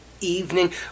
evening